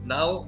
Now